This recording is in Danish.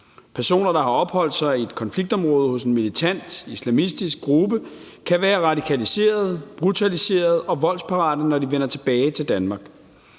Personer, der har opholdt sig i et konfliktområde hos en militant islamistisk gruppe, kan være radikaliserede, brutaliserede og voldsparate, når de vender tilbage til Danmark.